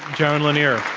jaron lanier.